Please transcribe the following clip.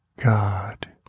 God